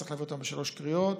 צריך להעביר אותם בשלוש קריאות